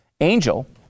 Angel